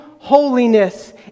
holiness